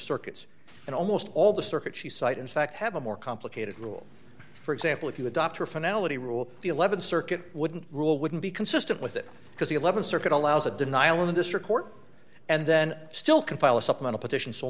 circuits and almost all the circuit she cite in fact have a more complicated rule for example if you adopt her finale rule the th circuit wouldn't rule wouldn't be consistent with it because the th circuit allows a denial in the district court and then still can file a supplemental petition so